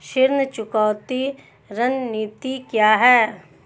ऋण चुकौती रणनीति क्या है?